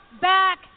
back